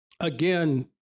again